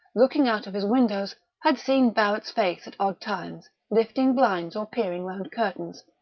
looking out of his windows, had seen barrett's face at odd times, lifting blinds or peering round curtains,